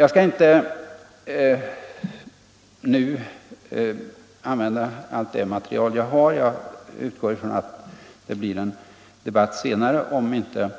Jag skall inte nu använda allt det material jag har. Jag utgår från att det blir en debatt senare, om inte